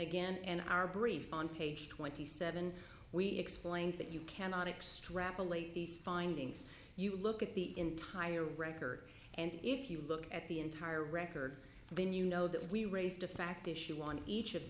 again and our brief on page twenty seven we explained that you cannot extrapolate these findings you look at the entire record and if you look at the entire record when you know that we raised a fact issue on each of